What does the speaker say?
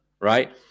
right